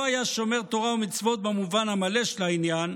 היה שומר תורה ומצוות במובן המלא של העניין,